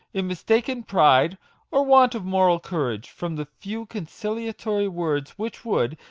in mistaken pride or want of moral courage, from the few conciliatory words which would,